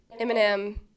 eminem